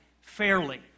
fairly